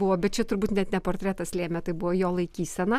buvo bet čia turbūt net ne portretas lėmė tai buvo jo laikysena